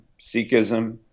Sikhism